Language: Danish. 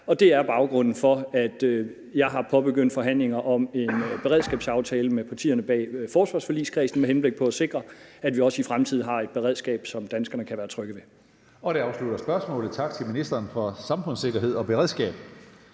er. Det er baggrunden for, at jeg har påbegyndt forhandlinger om en beredskabsaftale med partierne i forsvarsforligskredsen med henblik på at sikre, at vi også i fremtiden har et beredskab, som danskerne kan være trygge ved. Kl. 14:48 Tredje næstformand (Karsten Hønge): Det afslutter spørgsmålet. Tak til ministeren for samfundssikkerhed og beredskab.